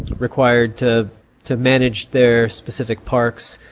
required to to manage their specific parks,